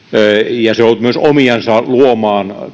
ja se on ollut myös omiansa luomaan